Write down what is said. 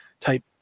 type